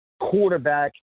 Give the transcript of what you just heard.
quarterback